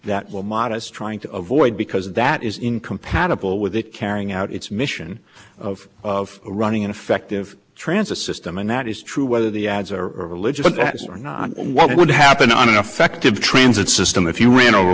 will modest trying to avoid because that is incompatible with it carrying out its mission of running an effective transit system and that is true whether the ads are religious or not what would happen on an effective transit system if you